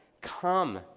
come